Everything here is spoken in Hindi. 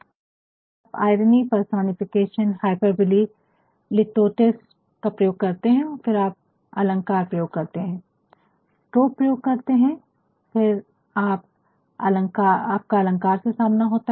फिर आप आइरनी पर्सोनिफिकेशन ह्य्पेर्बली लिटोटेस प्रयोग करते है और फिर आप अलंकार प्रयोग करते है ट्रोप प्रयोग करते है लेकिन फिर आपका अलंकार से सामना होता है